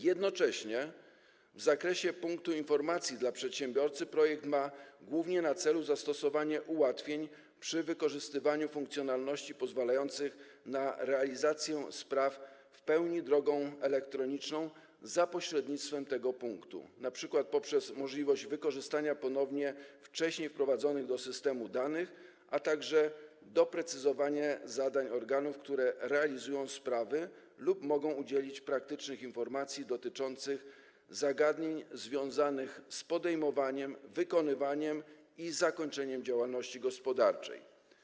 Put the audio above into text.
Jednocześnie w zakresie Punktu Informacji dla Przedsiębiorcy projekt ma głównie na celu zastosowanie ułatwień przy wykorzystywaniu funkcjonalności pozwalających na realizację spraw w pełni drogą elektroniczną za pośrednictwem tego punktu, np. poprzez możliwość wykorzystania ponownie wcześniej wprowadzonych do systemu danych, a także doprecyzowanie zadań organów, które realizują sprawy lub mogą udzielić praktycznych informacji dotyczących zagadnień związanych z podejmowaniem, wykonywaniem i zakończeniem działalności gospodarczej.